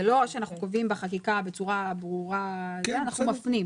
זה לא שאנחנו קובעים בחקיקה בצורה ברורה אלא אנחנו מפנים.